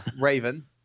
Raven